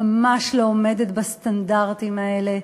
ממש לא עומדת בסטנדרטים האלה,